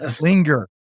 Linger